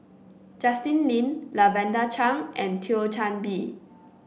Justin Lean Lavender Chang and Thio Chan Bee